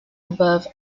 above